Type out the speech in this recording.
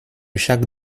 chaque